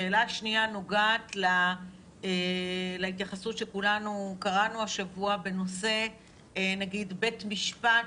השאלה השנייה נוגעת להתייחסות שכולנו קראנו השבוע בנושא בית משפט